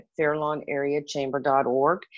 fairlawnareachamber.org